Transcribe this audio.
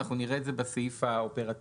אנחנו נראה את זה בסעיף האופרטיבי.